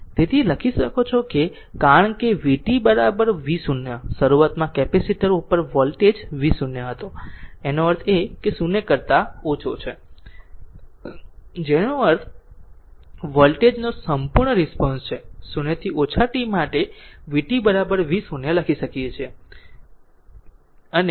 તેથી લખી શકો છો કારણ કે vt v0 શરૂઆતમાં કેપેસિટર ઉપર વોલ્ટેજ v0 હતો જેનો અર્થ 0 કરતા ઓછો છે જેનો અર્થ વોલ્ટેજ નો સંપૂર્ણ રિસ્પોન્સ છે 0 થી ઓછા t માટે vt v0 લખી શકે છે